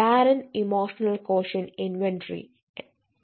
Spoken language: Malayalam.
ബാരൻ ഇമോഷണൽ ക്വോഷ്യണ്ട് ഇൻവെന്ററി ബാരന്റെ ഇക്യു ഐ